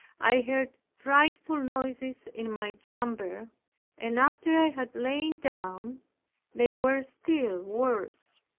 i heard frightful noises in my chamber and after i had lain down they were still worse.